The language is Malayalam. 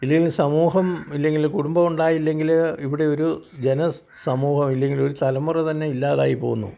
ഇല്ലെങ്കിൽ സമൂഹം ഇല്ലെങ്കിൽ കുടുംബം ഉണ്ടായില്ലെങ്കിൽ ഇവിടെ ഒരു ജനസമൂഹം ഇല്ലെങ്കിൽ ഒരു തലമുറ തന്നെ ഇല്ലാതായി പോവുന്നു